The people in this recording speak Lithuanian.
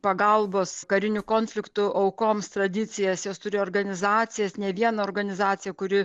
pagalbos karinių konfliktų aukoms tradicijas jos turi organizacijas ne vieną organizaciją kuri